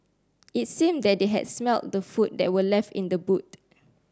it seemed that they had smelt the food that were left in the boot